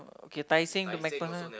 okay Tai-Seng to MacPherson